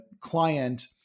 client